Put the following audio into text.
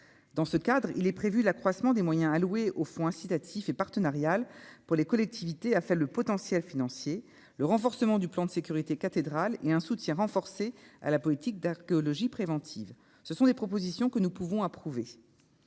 dans ce cadre, il est prévu l'accroissement des moyens alloués au fonds incitatifs et partenariale pour les collectivités, a fait le potentiel financier, le renforcement du plan de sécurité cathédrale et un soutien renforcé à la politique d'archéologie préventive, ce sont des propositions que nous pouvons approuver